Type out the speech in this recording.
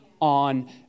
On